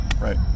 right